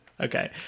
Okay